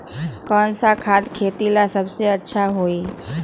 कौन सा खाद खेती ला सबसे अच्छा होई?